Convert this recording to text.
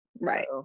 Right